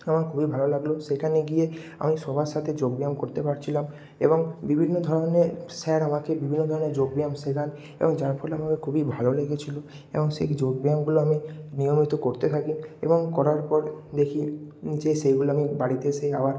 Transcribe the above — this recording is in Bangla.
আমার খুবই ভালো লাগলো সেখানে গিয়ে আমি সবার সাথে যোগব্যায়াম করতে পারছিলাম এবং বিভিন্ন ধরনের স্যার আমাকে বিভিন্ন ধরনের যোগব্যায়াম শেখান এবং যার ফলে আমাকে খুবই ভালো লেগেছিল এবং সেই যোগব্যায়ামগুলো আমি নিয়মিত করতে থাকি এবং করার পর দেখি যে সেইগুলো আমি বাড়িতে এসে আবার